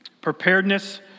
Preparedness